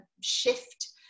shift